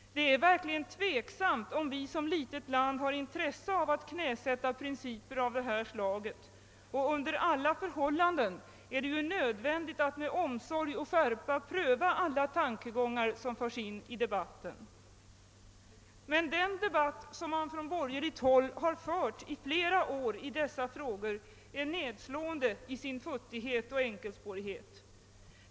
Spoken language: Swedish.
Det är verkligen tveksamt, om vi som litet land har intresse av att knäsätta principer av det här. slaget. Under alla förhållanden är det ju nödvändigt att med omsorg och skärpa pröva alla tankegångar som förs in i debatten. Men den debatt som man från borgerligt håll har fört i flera år i dessa frågor är nedslående i sin futtighet och enkelspårighet.